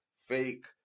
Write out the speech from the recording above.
fake